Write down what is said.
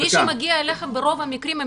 מי שמגיע אליך ברוב המקרים,